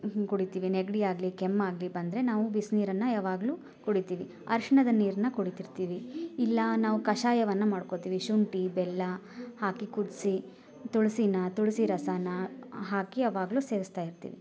ಕುಡಿತಿವಿ ನೆಗಡಿ ಆಗಲಿ ಕೆಮ್ಮಾಗಲಿ ಬಂದರೆ ನಾವು ಬಿಸಿ ನೀರನ್ನ ಯಾವಾಗಲೂ ಕುಡಿತೀವಿ ಅರಿಶಿಣದ ನೀರನ್ನ ಕುಡಿತಿರ್ತೀವಿ ಇಲ್ಲ ನಾವು ಕಷಾಯವನ್ನ ಮಾಡ್ಕೊಳ್ತೀವಿ ಶುಂಠಿ ಬೆಲ್ಲ ಹಾಕಿ ಕುದಿಸಿ ತುಳ್ಸಿನ ತುಳಸಿ ರಸಾನ ಹಾಕಿ ಯಾವಾಗಲೂ ಸೇವಿಸ್ತಾಯಿರ್ತೀವಿ